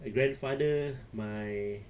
grandfather my